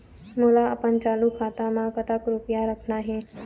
मोला अपन चालू खाता म कतक रूपया रखना हे?